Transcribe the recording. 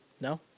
No